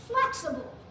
flexible